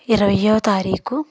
ఇరవయవ తారీకు